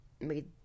made